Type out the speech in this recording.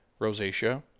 rosacea